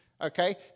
Okay